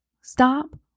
Stop